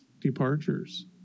departures